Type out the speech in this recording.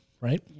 right